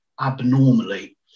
abnormally